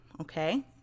okay